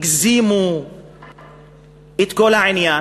הגזימו את כל העניין.